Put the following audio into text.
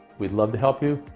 we'd love to help you.